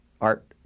Art